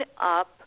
up